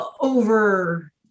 over